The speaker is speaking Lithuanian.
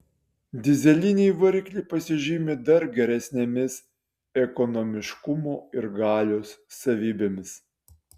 dyzeliniai varikliai pasižymi dar geresnėmis ekonomiškumo ir galios savybėmis